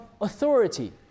authority